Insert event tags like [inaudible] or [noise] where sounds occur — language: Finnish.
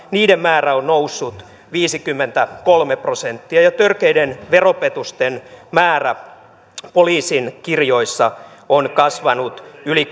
niiden määrä on noussut viisikymmentäkolme prosenttia törkeiden veropetosten määrä poliisin kirjoissa on kasvanut yli [unintelligible]